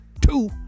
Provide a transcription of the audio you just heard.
Two